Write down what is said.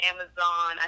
Amazon